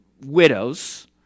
widows